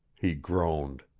he groaned.